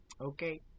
okay